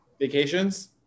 vacations